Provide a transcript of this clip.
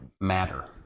matter